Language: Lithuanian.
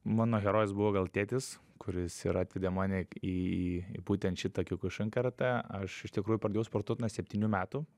mano herojus buvo gal tėtis kuris ir atvedė mane į būtent šitą kiokušin karatė aš iš tikrųjų pradėjau sportuot nuo septynių metų